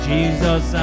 Jesus